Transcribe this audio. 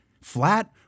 flat